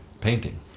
painting